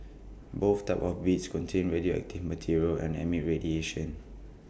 both types of beads contain radioactive material and emit radiation